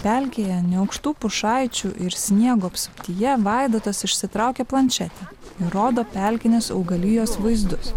pelkėje neaukštų pušaičių ir sniego apsuptyje vaidotas išsitraukė planšetę ir rodo pelkinės augalijos vaizdus